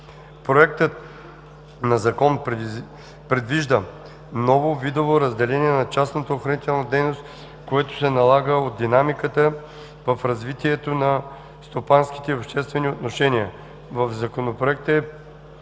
Проектът на закона предвижда ново видово разделение на частната охранителна дейност, което се налага от динамиката в развитието на стопанските и обществените отношения. В Законопроекта е